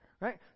Right